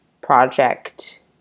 project